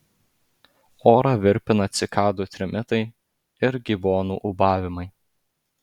orą virpina cikadų trimitai ir gibonų ūbavimai